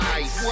ice